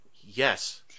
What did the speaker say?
yes